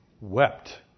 wept